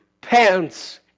pants